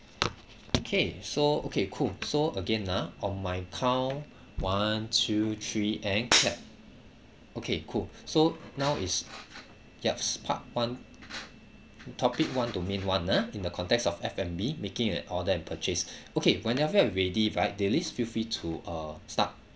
okay so okay cool so again ah on my count one two three and clap okay cool so now it's yup part one topic one domain one ah in the context of F&B making and all that and purchase okay whenever you're ready right they least feel free to start